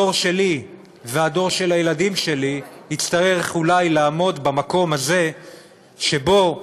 הדור שלי והדור של הילדים שלי יצטרכו אולי לעמוד במקום הזה שבו אנחנו,